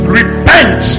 repent